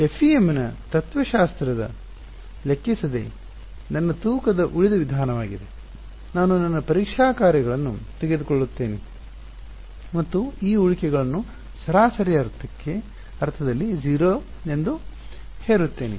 FEM ನ ತತ್ತ್ವಶಾಸ್ತ್ರವ ಲೆಕ್ಕಿಸದೆ ನನ್ನ ತೂಕದ ಉಳಿದ ವಿಧಾನವಾಗಿದೆ ನಾನು ನನ್ನ ಪರೀಕ್ಷಾ ಕಾರ್ಯಗಳನ್ನು ತೆಗೆದುಕೊಳ್ಳುತ್ತೇನೆ ಮತ್ತು ಈ ಉಳಿಕೆಗಳನ್ನು ಸರಾಸರಿ ಅರ್ಥದಲ್ಲಿ 0 ಎಂದು ಹೇರುತ್ತೇನೆ